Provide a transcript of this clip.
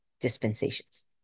dispensations